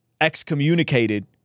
excommunicated